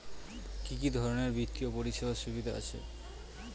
কি কি ধরনের বিত্তীয় পরিষেবার সুবিধা আছে?